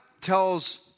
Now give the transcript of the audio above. tells